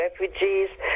refugees